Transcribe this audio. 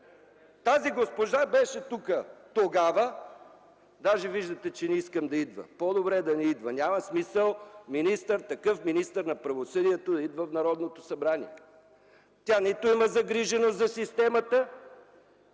Тази госпожа беше тук тогава. Даже виждате, че не искам да идва. По-добре да не идва, няма смисъл такъв министър на правосъдието да идва в Народното събрание. Тя нито има загриженост за система,